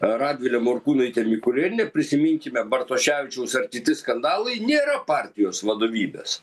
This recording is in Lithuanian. radvilę morkūnaitę mikulėnienę prisiminkime bartoševičiaus ar kiti skandalai nėra partijos vadovybės